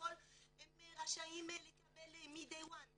שכביכול הם רשאים לקבל מהיום הראשון,